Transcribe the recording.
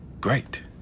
great